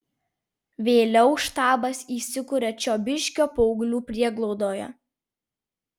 vėliau štabas įsikuria čiobiškio paauglių prieglaudoje